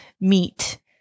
meet